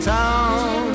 town